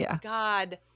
God